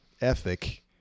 ethic